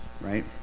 right